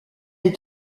est